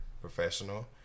professional